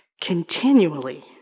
continually